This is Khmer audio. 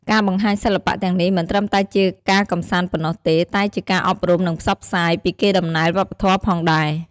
ការបង្ហាញសិល្បៈទាំងនេះមិនត្រឹមតែជាការកម្សាន្តប៉ុណ្ណោះទេ តែជាការអប់រំ និងផ្សព្វផ្សាយពីកេរដំណែលវប្បធម៌ផងដែរ។